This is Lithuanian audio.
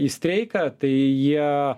į streiką tai jie